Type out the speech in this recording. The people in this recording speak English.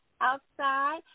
outside